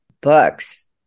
books